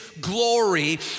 glory